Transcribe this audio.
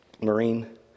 marine